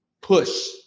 push